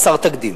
חסר תקדים.